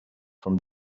from